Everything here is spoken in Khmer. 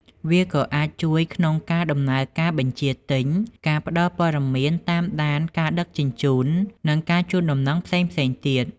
វាក៏អាចជួយក្នុងការដំណើរការបញ្ជាទិញ ការផ្ដល់ព័ត៌មានតាមដានការដឹកជញ្ជូន និងការជូនដំណឹងផ្សេងៗទៀត។